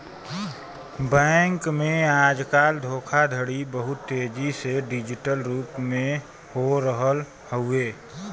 bank में आजकल धोखाधड़ी बहुत तेजी से डिजिटल रूप में हो रहल हउवे